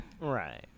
Right